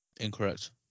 Incorrect